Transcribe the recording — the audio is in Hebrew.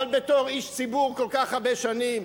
אבל בתור איש ציבור כל כך הרבה שנים,